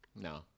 no